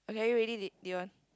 okay are you ready to do you want